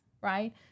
right